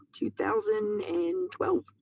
2012